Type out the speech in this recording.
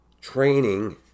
training